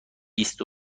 بیست